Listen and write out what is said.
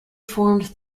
formed